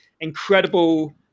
incredible